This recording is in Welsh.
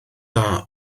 dda